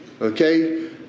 Okay